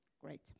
Great